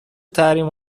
تحریم